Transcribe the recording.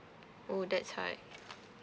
oh that's high